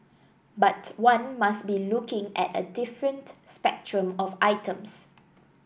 but one must be looking at a different spectrum of items